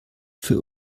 für